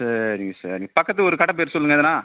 சரிங்க சரிங்க பக்கத்தில் ஒரு கடை பெயரு சொல்லுங்கள் எதனால்